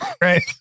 Right